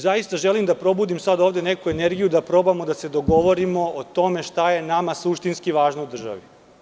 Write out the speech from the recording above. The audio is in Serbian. Zaista želim da probudim, sada, ovde, neku energiju da probamo da se dogovorimo o tome šta je nama suštinski važno u državi.